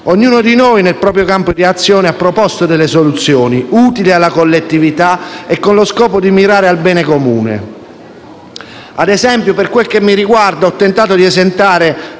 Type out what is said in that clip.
Ognuno di noi, nel proprio campo di azione, ha proposto soluzioni utili alla collettività e con lo scopo di mirare al bene comune. Ad esempio, per quel che mi riguarda ho tentato di esentare